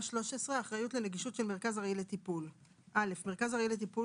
אחריות לנגישות של מרכז ארעי לטיפול 13. (א)מרכז ארעי לטיפול